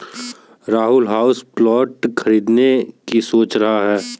Rahul houseplant खरीदने की सोच रहा है